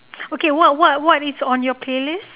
okay what what is on your playlist